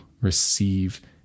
receive